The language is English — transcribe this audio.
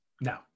No